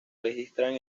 registran